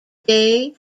day